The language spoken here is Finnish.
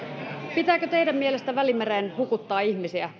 pitääkö teidän mielestänne välimereen hukuttaa ihmisiä